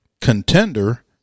contender